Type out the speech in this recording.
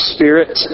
Spirit